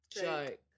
joke